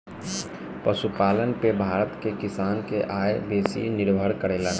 पशुपालन पे भारत के किसान के आय बेसी निर्भर करेला